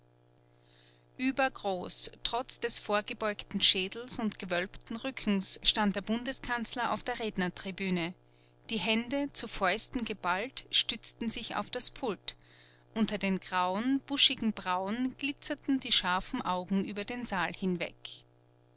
uebergroß trotz des vorgebeugten schädels und gewölbten rückens stand der bundeskanzler auf der rednertribüne die hände zu fäusten geballt stützten sich auf das pult unter den grauen buschigen brauen glitzerten die scharfen augen über den saal hinweg